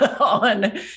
on